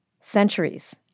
Centuries